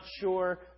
sure